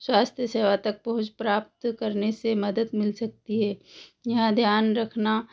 स्वास्थ्य सेवा तक पहुँच प्राप्त करने से मदद मिल सकती है यहाँ ध्यान रखना